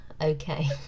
okay